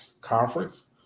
Conference